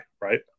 right